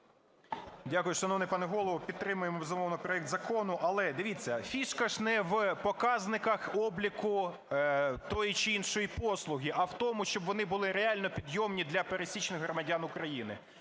Дякую, шановний пане голово. Підтримуємо, безумовно, проект закону. Але, дивіться, фішка ж не в показниках обліку тої чи іншої послуги, а в тому, щоб вони були реально підйомні для пересічних громадян України.